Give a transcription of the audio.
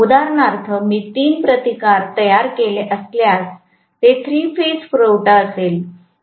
उदाहरणार्थ मी तीन प्रतिकार तयार केले असल्यास ते थ्री फेज पुरवठा असेल